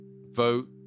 vote